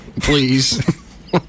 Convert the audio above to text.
Please